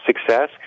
success